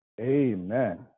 Amen